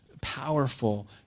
powerful